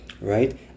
right